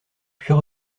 puis